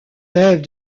lèvent